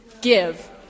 Give